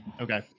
Okay